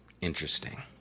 Interesting